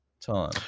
time